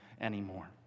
anymore